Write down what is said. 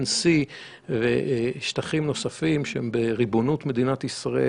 הן C ושטחים נוספים שבריבונות מדינת ישראל